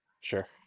Sure